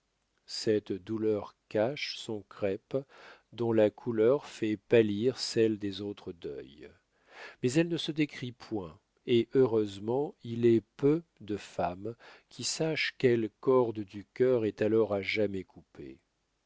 cette douleur cache son crêpe dont la couleur fait pâlir celle des autres deuils mais elle ne se décrit point et heureusement il est peu de femmes qui sachent quelle corde du cœur est alors à jamais coupée